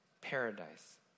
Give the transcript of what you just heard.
paradise